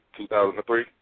2003